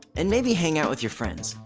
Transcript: and maybe hang out with your friends,